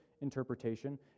interpretation